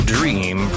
Dream